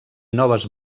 noves